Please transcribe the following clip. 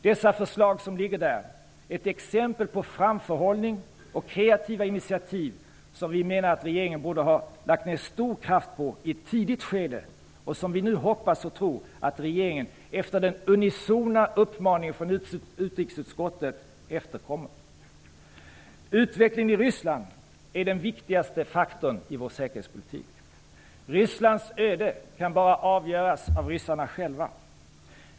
De förslag som ligger där är exempel på den framförhållning och de kreativa initiativ som vi menar regeringen borde ha lagt ned stor kraft på i ett tidigt skede. Nu hoppas och tror vi att regeringen efterkommer den unisona uppmaningen från utrikesutskottet. Utvecklingen i Ryssland är den viktigaste faktorn för vår säkerhetspolitik. Rysslands öde kan bara avgöras av ryssarna själva.